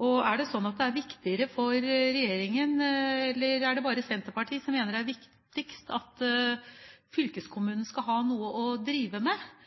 Er det sånn at det er viktigst for regjeringen – eller er det bare Senterpartiet som mener det – at fylkeskommunen skal ha noe å drive med,